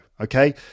Okay